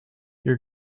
your